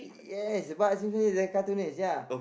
yes Bart-Simpson is a cartoonist ya